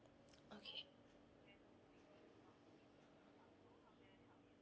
okay